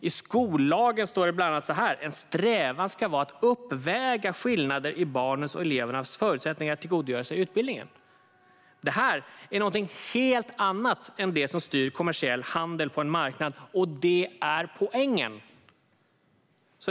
I skollagen står det bland annat så här: "En strävan ska vara att uppväga skillnader i barnens och elevernas förutsättningar att tillgodogöra sig utbildningen." Det här är någonting helt annat än det som styr kommersiell handel på en marknad - och det är poängen!